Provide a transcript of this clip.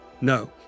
No